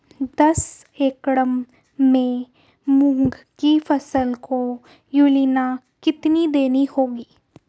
दस एकड़ में मूंग की फसल को यूरिया कितनी देनी होगी?